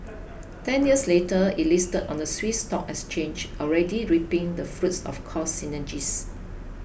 ten years later it listed on the Swiss stock exchange already reaping the fruits of cost synergies